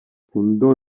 fundó